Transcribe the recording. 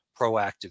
proactive